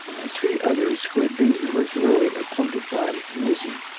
and three others who had been irregularly appointed by mezy,